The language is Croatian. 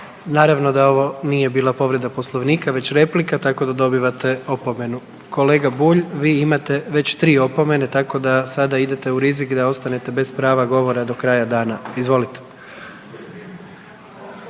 Naravno da ovo nije bila povreda Poslovnika, već replika tako da dobivate opomenu. Kolega Bulj vi imate već tri opomene tako da sada idete u rizik da ostanete bez prava govora do kraja dana. Izvolite.